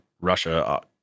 Russia